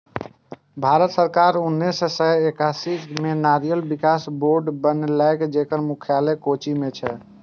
भारत सरकार उन्नेस सय एकासी मे नारियल विकास बोर्ड बनेलकै, जेकर मुख्यालय कोच्चि मे छै